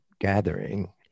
gathering